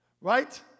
Right